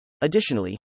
Additionally